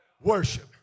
Worship